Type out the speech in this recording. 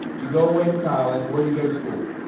you go away to college, where do you go to school?